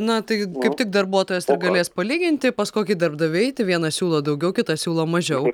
na taigi kaip tik darbuotojas galės palyginti pas kokį darbdavį eiti vienas siūlo daugiau kitą siūlo mažiau